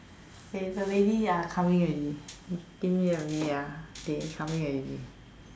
eh is the lady ya coming already give me a minute ah they coming already